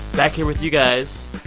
back here with you guys.